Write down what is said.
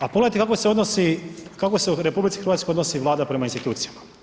A pogledajte kako se u RH odnosi Vlada prema institucijama.